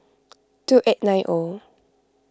two eight nine O